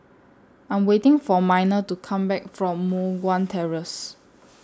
I'm waiting For Miner to Come Back from Moh Guan Terrace